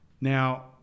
Now